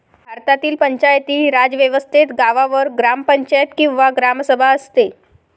भारतातील पंचायती राज व्यवस्थेत गावावर ग्रामपंचायत किंवा ग्रामसभा असते